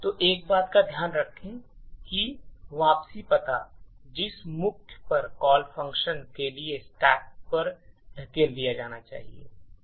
तो एक बात का ध्यान रखें कि वापसी पता जिसे मुख्य पर कॉल फ़ंक्शन के लिए स्टैक पर धकेल दिया जाना चाहिए